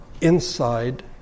inside